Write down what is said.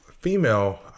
female